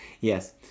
Yes